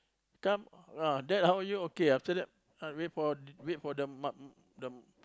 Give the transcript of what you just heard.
come ah dad how're you okay after that wait for the m~